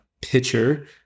pitcher